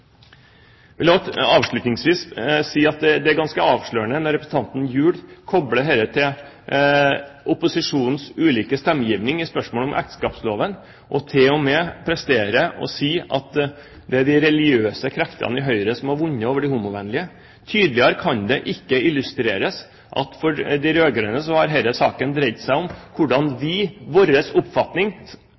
vil jeg si at det er ganske avslørende når representanten Gjul kobler dette til opposisjonens ulike stemmegivning i spørsmålet om ekteskapsloven – og til og med presterer å si at det er de religiøse kreftene i Høyre som har vunnet over de homovennlige. Tydeligere kan det ikke illustreres at for de rød-grønne har denne saken dreid seg om hvordan de – deres oppfatning,